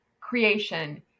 creation